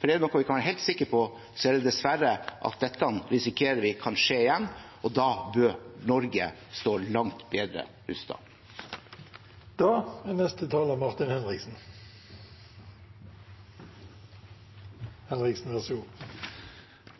For er det noe vi kan være helt sikre på, er det dessverre at vi risikerer at dette kan skje igjen, og da bør Norge stå langt bedre